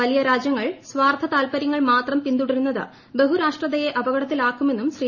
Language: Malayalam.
വലിയു രാജ്യങ്ങൾ സ്വാർത്ഥ താല്പര്യങ്ങൾ മാത്രം പിന്തൂടരുന്നത് ബഹുരാഷ്ട്രതയെ അപകടത്തിലാക്കുമെന്നും ശ്രീ